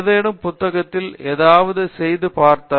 பேராசிரியர் அரிந்தமா சிங் ஏதேனும் புத்தகத்தில் ஏதாவது செய்து பார்த்தல்